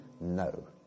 No